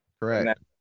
Correct